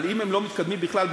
אבל אם הם לא מתקדמים בכלל,